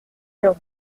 dur